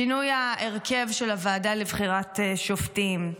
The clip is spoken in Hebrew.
שינוי ההרכב של הוועדה לבחירת שופטים,